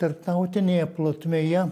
tarptautinėje plotmėje